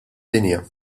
dinja